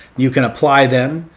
you can apply them.